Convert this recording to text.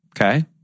Okay